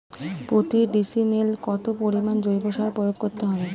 প্রতি ডিসিমেলে কত পরিমাণ জৈব সার প্রয়োগ করতে হয়?